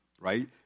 Right